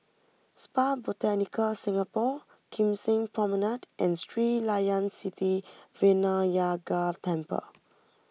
Spa Botanica Singapore Kim Seng Promenade and Sri Layan Sithi Vinayagar Temple